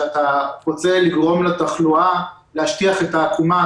שאתה רוצה לגרום לתחלואה להשטיח את העקומה,